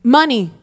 money